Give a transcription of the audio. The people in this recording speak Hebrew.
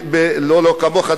לא כמוך,